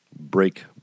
break